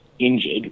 injured